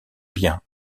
bien